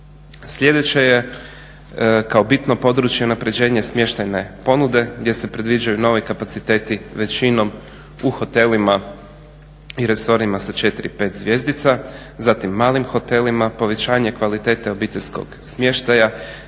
Sljedeće je kao bitno područje unaprjeđenje smještajne ponude gdje se predviđaju novi kapaciteti većinom u hotelima i resorima sa 4, 5 zvjezdica, zatim malim hotelima, povećanje kvalitete obiteljskog smještaja